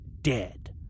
dead